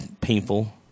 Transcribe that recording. painful